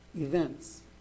events